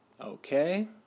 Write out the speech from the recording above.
Okay